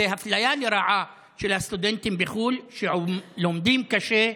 זו אפליה לרעה של הסטודנטים בחו"ל, שעובדים קשה,